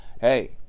Hey